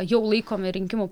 jau laikomi rinkimų